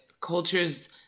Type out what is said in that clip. cultures